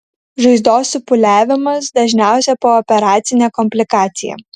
žaizdos supūliavimas dažniausia pooperacinė komplikacija